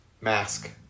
Mask